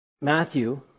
Matthew